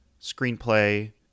Screenplay